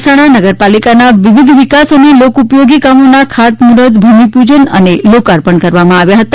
મહેસાણા નગરપાલિકાના વિવિધ વિકાસ અને લોકપથોગી કામોના ખાતમુર્ફતભૂમિપૂજન અને લોકાર્પણ કરવામાં આવ્યા હતા